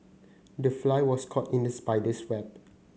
the fly was caught in the spider's web